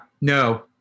No